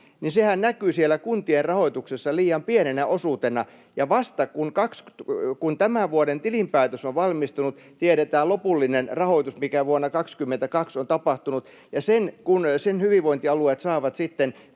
niin sehän näkyy siellä kuntien rahoituksessa liian pienenä osuutena ja vasta, kun tämän vuoden tilinpäätös on valmistunut, tiedetään lopullinen rahoitus, mikä vuonna 22 on tapahtunut, ja sen hyvinvointialueet saavat sitten